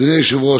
אדוני היושב-ראש,